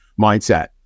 mindset